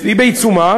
היא בעיצומה,